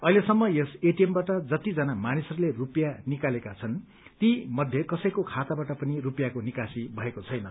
अहिलेसम्म यस एटीएमबाट जतिजना मानिसहरूले रुपियाँ निकालेका छन् तीमध्ये कसैको खाताबाट पनि रुपियाँको निकासी भएको छैन